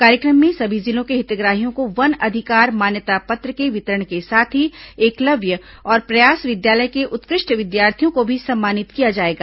कार्यक्रम में सभी जिलों के हितग्राहियों को वन अधिकार मान्यता पत्र के वितरण के साथ ही एकलव्य और प्रयास विद्यालय के उत्कृष्ट विद्यार्थियों को भी सम्मानित किया जाएगा